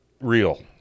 real